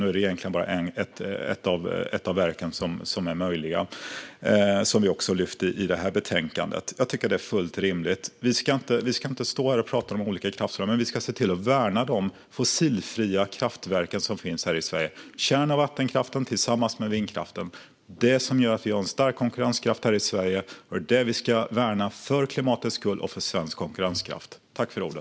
Nu är det egentligen bara ett av verken som är möjligt, vilket vi också lyfter fram i detta betänkande. Jag tycker att det är fullt rimligt. Vi ska inte stå här och tala om olika kraftverk, men vi ska se till att värna de fossilfria kraftverk som finns här i Sverige. Kärn och vattenkraften tillsammans med vindkraften är det som gör att vi har en stark konkurrenskraft här i Sverige. Det är det som vi ska värna för klimatets skull och för svensk konkurrenskrafts skull.